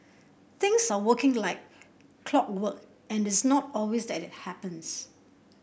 things are working like clockwork and it's not always that it happens